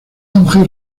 auge